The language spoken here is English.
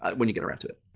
when you get around to it,